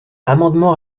amendement